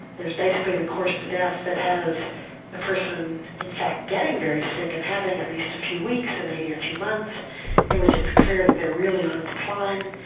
there's basically the course to death that has a person in fact getting very sick and having at least a few weeks, or maybe a few months in which it's clear that they're really on a decline.